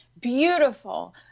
beautiful